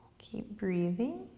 keep breathing.